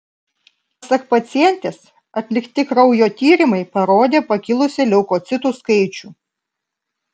pasak pacientės atlikti kraujo tyrimai parodė pakilusį leukocitų skaičių